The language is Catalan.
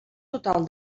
total